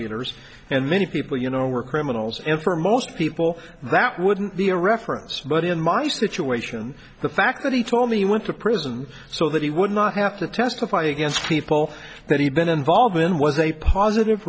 dealers and many people you know were criminals and for most people that wouldn't be a reference but in my situation the fact that he told me he went to prison so that he would not have to testify against people that he'd been involved in was a positive